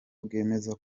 bwemeza